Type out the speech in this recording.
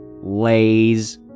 Lays